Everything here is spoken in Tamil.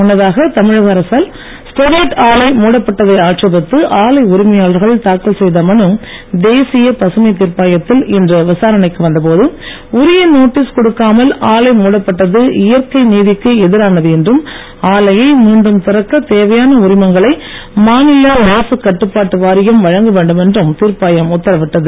முன்னதாக தமிழக அரசால் ஸ்டெர்லைட் ஆலை மூடப்பட்டதை ஆட்சேபித்து ஆலை உரிமையாளர்கள் தாக்கல் செய்த மனு தேசிய பசுமைத் தீர்ப்பாயத்தில் இன்று விசாரணைக்கு வந்தபோது உரிய நோட்டீஸ் கொடுக்காமல் ஆலை மூடப்பட்டது இயற்கை நீதிக்கு எதிரானது என்றும் ஆலையை மீண்டும் திறக்க தேவையான உரிமங்களை மாநில மாசுக் கட்டுப்பாட்டு வாரியம் வழங்கவேண்டும் என்றும் தீர்ப்பாயம் உத்தரவிட்டது